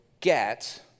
get